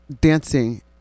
dancing